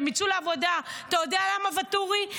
הן יצאו לעבודה, אתה יודע למה, ואטורי?